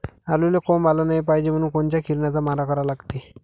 आलूले कोंब आलं नाई पायजे म्हनून कोनच्या किरनाचा मारा करा लागते?